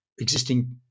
existing